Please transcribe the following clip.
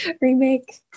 remake